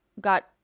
got